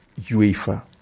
UEFA